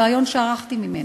בריאיון שערכתי עמו?